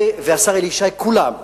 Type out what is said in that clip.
השר אלי ישי, כולם,